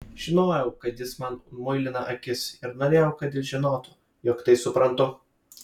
žinojau kad jis man muilina akis ir norėjau kad jis žinotų jog tai suprantu